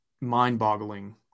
mind-boggling